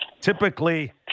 Typically